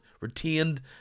retained